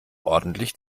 ordentlich